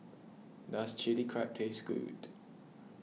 does Chili Crab taste good